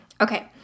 okay